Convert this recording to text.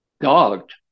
dogged